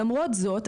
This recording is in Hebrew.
למרות זאת,